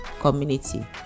community